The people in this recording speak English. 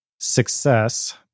success